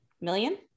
Million